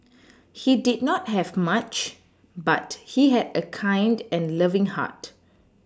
he did not have much but he had a kind and loving heart